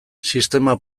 sistema